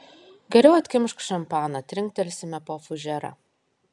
geriau atkimšk šampaną trinktelsime po fužerą